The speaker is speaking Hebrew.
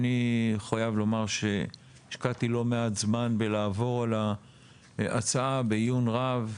אני חייב לומר שהשקעתי לא מעט זמן בלעבור על ההצעה בעיון רב.